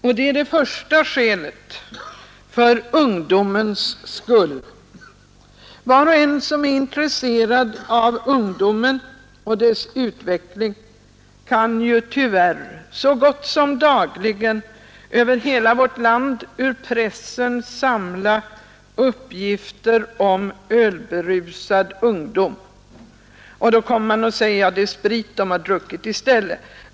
Detta är det första skälet: för ungdomens skull. Var och en som är intresserad av ungdomen och dess utveckling kan ju tyvärr så gott som dagligen ur pressen samla uppgifter från hela vårt land om ölberusad ungdom. Då kommer man och säger: Ja, det är sprit de har druckit i stället.